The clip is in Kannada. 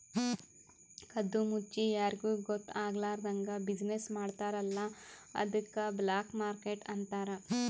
ಕದ್ದು ಮುಚ್ಚಿ ಯಾರಿಗೂ ಗೊತ್ತ ಆಗ್ಲಾರ್ದಂಗ್ ಬಿಸಿನ್ನೆಸ್ ಮಾಡ್ತಾರ ಅಲ್ಲ ಅದ್ದುಕ್ ಬ್ಲ್ಯಾಕ್ ಮಾರ್ಕೆಟ್ ಅಂತಾರ್